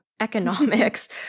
economics